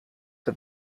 for